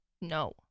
No